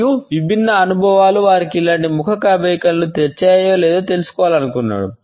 మరియు విభిన్న అనుభవాలు వారికి ఇలాంటి ముఖ కవళికలను తెచ్చాయో లేదో తెలుసుకోవాలనుకున్నాడు